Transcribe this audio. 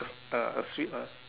a a sweet lah